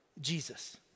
Jesus